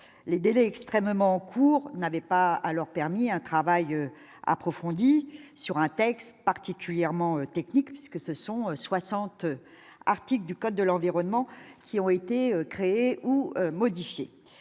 les délais extrêmement courts n'avait pas à leur permis un travail approfondi sur un texte particulièrement technique, puisque ce sont 60 articles du code de l'environnement, qui ont été créés ou modifiés,